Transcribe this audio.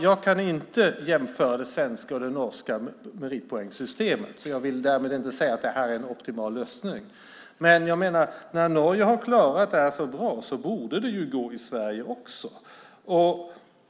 Jag kan inte jämföra det svenska och det norska meritpoängssystemet, så jag vill därmed inte säga att det här är en optimal lösning, men jag menar att när Norge har klarat det här så bra borde det ju gå i Sverige också.